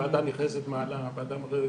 ועדה נכנסת מעלה, ועדה מורידה.